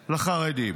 לחרדים.